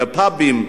בפאבים,